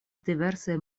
diversaj